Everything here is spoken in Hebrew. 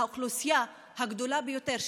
האוכלוסייה הגדולה ביותר,